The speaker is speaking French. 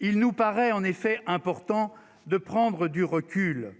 il nous paraît en effet important de prendre du recul,